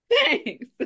thanks